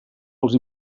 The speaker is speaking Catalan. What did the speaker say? als